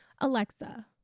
Alexa